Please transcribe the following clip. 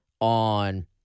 on –